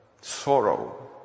sorrow